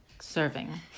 serving